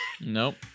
Nope